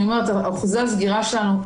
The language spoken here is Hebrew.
אני אומרת שאחוזי הסגירה שלנו,